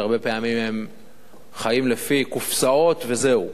שהרבה פעמים הם חיים לפי קופסאות וזהו.